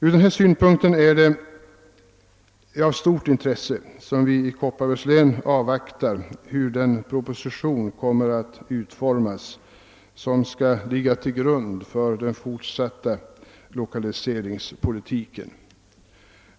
Mot denna bakgrund är det med stort intresse som vi i Kopparbergs län avvaktar hur den proposition utformas som skall ligga till grund för den fortsatta lokaliseringspolitiken.